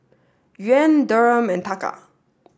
Yuan Dirham and Taka